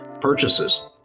purchases